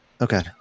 Okay